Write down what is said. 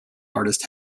artists